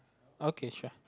okay sure